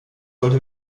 sollte